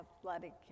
athletic